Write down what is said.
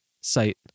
site